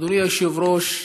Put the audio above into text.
אדוני היושב-ראש,